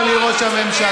אדוני ראש הממשלה,